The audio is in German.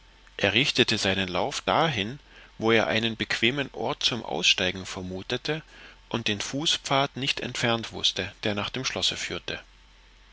er richtete seinen lauf dahin wo er einen bequemen ort zum aussteigen vermutete und den fußpfad nicht entfernt wußte der nach dem schlosse führte